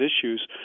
issues